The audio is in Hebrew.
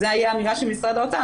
זו האמירה של משרד האוצר,